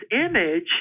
image